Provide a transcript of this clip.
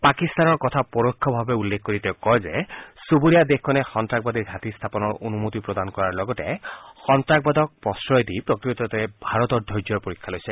পাকিস্তানৰ কথা পৰোক্ষভাৱে উল্লেখ কৰি তেওঁ কয় যে চুবুৰীয়া দেশখনে সন্তাসবাদীৰ ঘাটি স্থাপনৰ অনুমতি প্ৰদান কৰাৰ লগতে সন্তাসবাদক প্ৰশ্ৰয় দি প্ৰকৃততে ভাৰতৰ ধৈৰ্য্যৰ পৰীক্ষা লৈছে